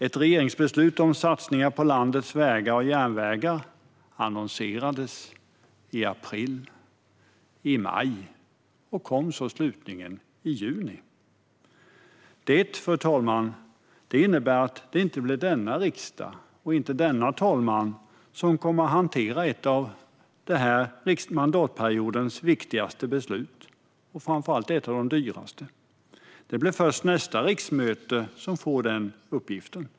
Ett regeringsbeslut om satsningar på landets vägar och järnvägar annonserades i april, i maj och kom så slutligen i juni. Det innebär, fru talman, att det inte blir denna riksdag och inte denna talman som kommer att hantera ett av mandatperiodens viktigaste beslut - och framför allt ett av de dyraste. Det blir först nästa riksmöte som får den uppgiften.